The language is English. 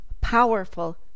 powerful